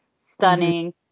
stunning